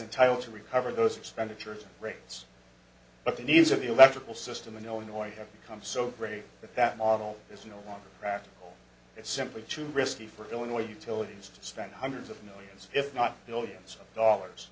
entitle to recover those expenditures rates but the needs of the electrical system in illinois have come so great that that model is no longer tracked it's simply too risky for illinois utilities to spend hundreds of millions if not billions of dollars